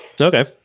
Okay